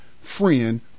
friend